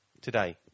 today